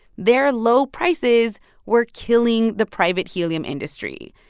their low prices were killing the private helium industry.